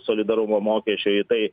solidarumo mokesčio į tai